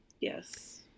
Yes